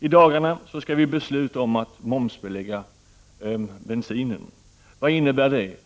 I dagarna skall vi besluta om att momsbelägga bensinen. Vad innebär det?